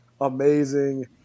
amazing